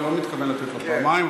אני לא מתכוון לתת לו פעמיים,